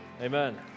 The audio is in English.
Amen